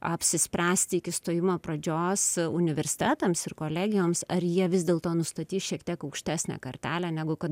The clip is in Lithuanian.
apsispręsti iki stojimo pradžios universitetams ir kolegijoms ar jie vis dėlto nustatys šiek tiek aukštesnę kartelę negu kad